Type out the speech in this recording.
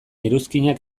iruzkinak